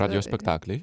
radijo spektakliai